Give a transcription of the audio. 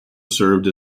served